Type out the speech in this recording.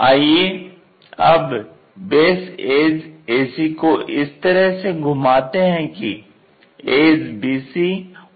आइये अब base edge ac को इस तरह से घुमाते हैं कि एज bc VP के लंबवत हो